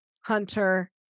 Hunter